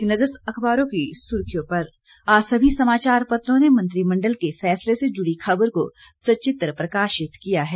एक नज़र अखबारों की सुर्खियों पर आज सभी समाचार पत्रों ने मंत्रिमंडल के फैसले से जुड़ी खबर को सचित्र प्रकाशित किया है